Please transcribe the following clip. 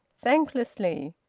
thanklessly,